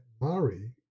Mari